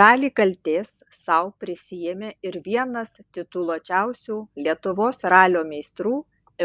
dalį kaltės sau prisiėmė ir vienas tituluočiausių lietuvos ralio meistrų